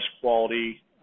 quality